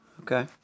Okay